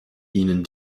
ihnen